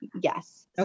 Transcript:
yes